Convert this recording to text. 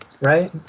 right